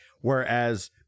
whereas